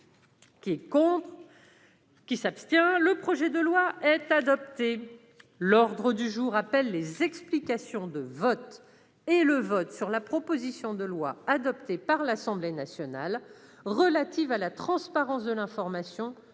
favorable à l'adoption de ce texte. L'ordre du jour appelle les explications de vote et le vote sur la proposition de loi, adoptée par l'Assemblée nationale, relative à la transparence de l'information